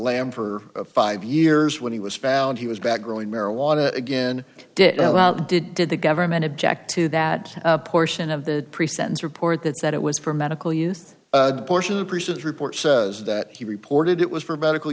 lam for five years when he was found he was back growing marijuana again did did did they go everman object to that portion of the pre sentence report that said it was for medical use portion of the persons report says that he reported it was for medical